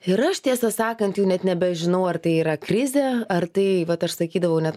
ir aš tiesą sakant jau net nebežinau ar tai yra krizė ar tai vat aš sakydavau net